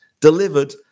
delivered